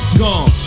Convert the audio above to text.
gone